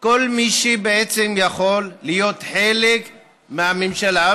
כל מי שיכול להיות חלק מהממשלה.